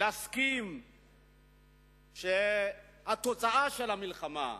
להסכים שהתוצאה של המלחמה,